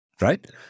right